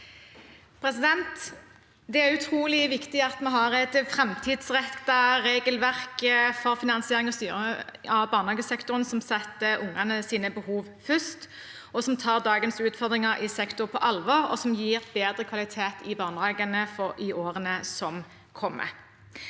Det er utrolig viktig at vi har et framtidsrettet regelverk for fi nansiering og styring av barnehagesektoren som setter ungenes behov først, som tar dagens utfordringer i sektoren på alvor, og som gir bedre kvalitet i barnehagene i årene som kommer.